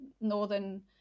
northern